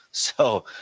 so,